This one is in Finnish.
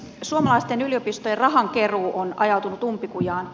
suomalaisten yliopistojen rahankeruu on ajautunut umpikujaan